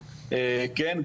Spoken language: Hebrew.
כן,